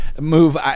move